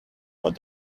what